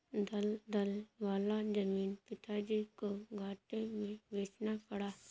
दलदल वाला जमीन पिताजी को घाटे में बेचना पड़ा